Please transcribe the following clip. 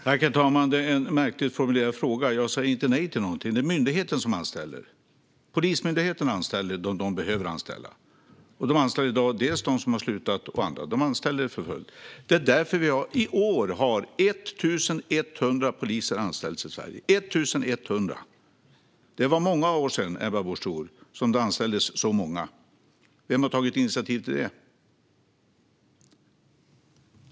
Herr talman! Det är en märkligt formulerad fråga. Jag säger inte nej till något. Det är myndigheten som anställer. Polismyndigheten anställer dem som behöver anställas. I dag anställs dels poliser som har slutat, dels andra. Det anställs för fullt. Det är därför 1 100 poliser har anställts i Sverige i år - 1 100! Det var många år sedan, Ebba Busch Thor, som det anställdes så många. Vem har tagit initiativ till det?